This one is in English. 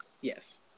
Yes